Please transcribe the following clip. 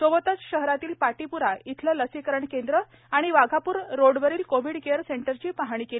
सोबतच शहरातील पाटीप्रा येथील लसीकरण केंद्र आणि वाघापूर रोडवरील कोव्हीड केअर सेंटरची पाहणी केली